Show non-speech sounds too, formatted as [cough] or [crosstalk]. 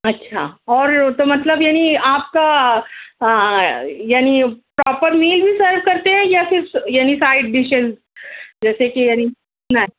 اچھا اور تو مطلب یعنی آپ کا یعنی پراپر میل بھی سرو کرتے ہیں یا پھر یعنی سائیڈ ڈشیز جیسے کہ یعنی [unintelligible]